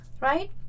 right